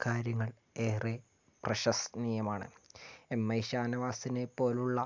കാര്യങ്ങൾ ഏറെ പ്രശംസനീയമാണ് എം ഐ ഷാനവാസിനെപ്പോലുള്ള